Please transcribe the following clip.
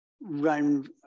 run